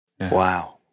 Wow